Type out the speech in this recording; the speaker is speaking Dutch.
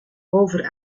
over